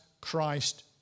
Christ